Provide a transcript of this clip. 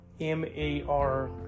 M-A-R